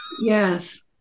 Yes